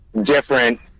different